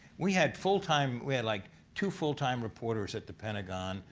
we had full-time we had like two full-time reporters at the pentagon,